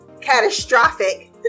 catastrophic